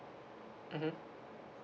mmhmm